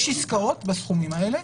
יש עסקאות בסכומים האלה.